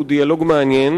הוא דיאלוג מעניין,